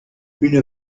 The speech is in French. une